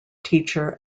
teacher